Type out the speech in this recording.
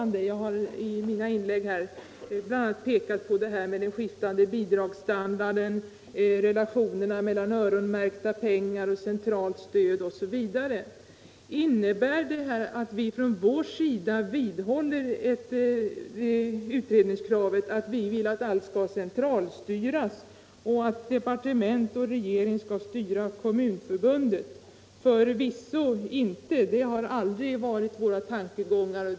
Jag har i mina inlägg i dag pekat på den skiftande bidragsstandarden, relationer mellan öronmärkta pengar och centralt stöd osv. Våra uttalanden i frågan och att vi vidhåller utredningskravet innebär förvisso inte att allt skall centralstyras, och att departement och regering skall styras av Kommunförbundet. Vi har aldrig följt sådana tankegångar.